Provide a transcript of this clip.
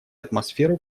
атмосферу